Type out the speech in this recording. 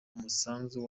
umusanzu